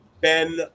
ben